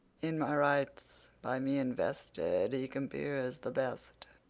in my rights by me invested, he compeers the best.